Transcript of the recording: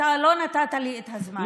אתה לא נתת לי את הזמן.